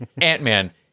Ant-Man